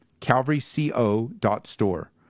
calvaryco.store